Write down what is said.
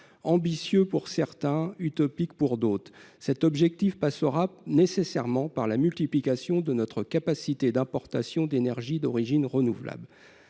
Ambitieux pour certains, utopique pour d'autres, cet objectif passera nécessairement par la multiplication de nos capacités d'importation d'énergie d'origine renouvelable.